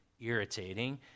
irritating